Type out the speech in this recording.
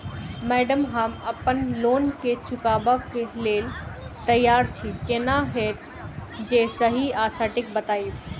Madam हम अप्पन loan केँ चुकाबऽ लैल तैयार छी केना हएत जे सही आ सटिक बताइब?